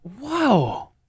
Wow